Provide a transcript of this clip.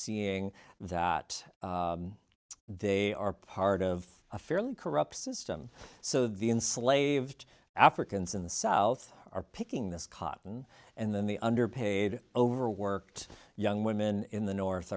seeing that they are part of a fairly corrupt system so the enslaved africans in the south are picking this cotton and then the underpaid overworked young women in the north